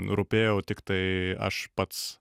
rūpėjau tiktai aš pats